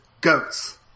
Goats